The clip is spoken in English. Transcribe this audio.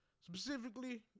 Specifically